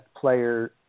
player